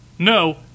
No